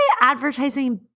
advertising